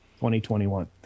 2021